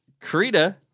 Krita